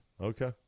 Okay